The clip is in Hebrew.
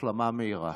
החלמה מהירה.